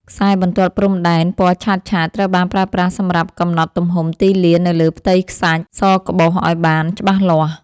ខ្សែបន្ទាត់ព្រំដែនពណ៌ឆើតៗត្រូវបានប្រើប្រាស់សម្រាប់កំណត់ទំហំទីលាននៅលើផ្ទៃខ្សាច់សក្បុសឱ្យបានច្បាស់លាស់។